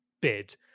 bid